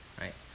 Right